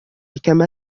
كما